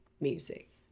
music